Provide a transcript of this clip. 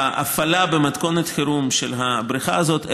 להפעלה במתכונת חירום של הבריכה הזאת,